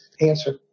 answer